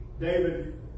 David